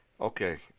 okay